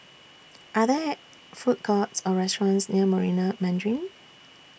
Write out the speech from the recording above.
Are There Food Courts Or restaurants near Marina Mandarin